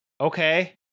okay